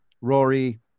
Rory